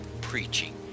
preaching